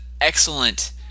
excellent